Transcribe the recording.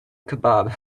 kebab